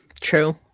True